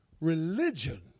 religion